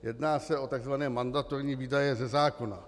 Jedná se o tzv. mandatorní výdaje ze zákona.